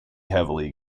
heavily